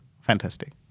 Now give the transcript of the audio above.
Fantastic